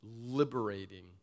liberating